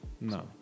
No